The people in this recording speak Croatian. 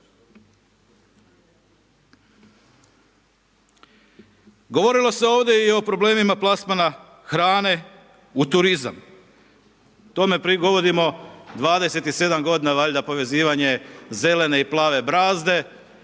Govorilo se ovdje i o problemima plasmana hrane u turizam. Tome .../Govornik se ne razumije./... 27 godina valjda povezivanje zelene i plave brazde